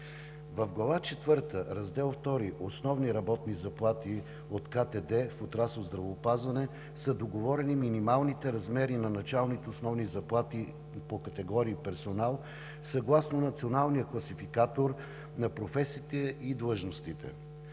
В Глава четвърта, Раздел II „Основни работни заплати“ от КТД в отрасъл „Здравеопазване“ са договорени минималните размери на началните основни заплати по категории „персонал“ съгласно Националния класификатор на професиите и длъжностите.